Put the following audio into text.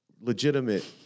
legitimate